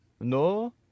No